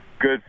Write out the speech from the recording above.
good